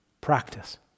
Practice